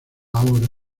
ahora